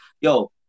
yo